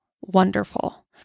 wonderful